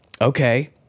Okay